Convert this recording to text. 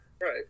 right